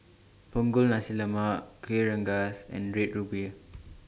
Punggol Nasi Lemak Kueh Rengas and Red Ruby